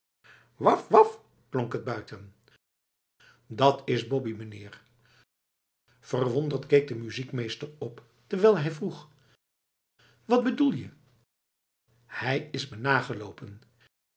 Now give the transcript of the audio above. waf waf klonk het buiten dat is boppie mijnheer verwonderd keek de muziekmeester op terwijl hij vroeg wat bedoel je hij is me